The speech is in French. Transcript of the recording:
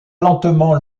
lentement